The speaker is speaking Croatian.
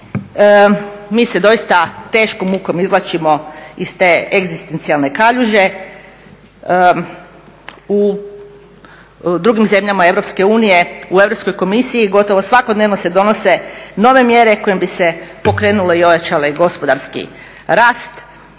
Mi se doista teškom mukom izvlačimo iz te egzistencijalne kaljuže. U drugim zemljama EU u Europskoj komisiji gotovo svakodnevno se donose nove mjere kojim bi se pokrenule i ojačale gospodarski rast.